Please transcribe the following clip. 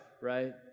right